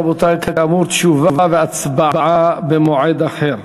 רבותי, כאמור, תשובה והצבעה במועד אחר.